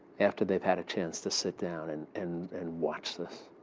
after they had a chance to sit down and and and watch this?